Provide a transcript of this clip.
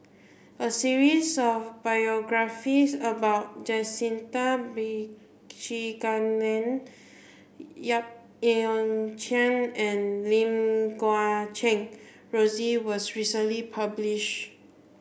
a series of biographies about Jacintha Abisheganaden Yap Ee Chian and Lim Guat Kheng Rosie was recently published